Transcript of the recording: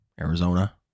Arizona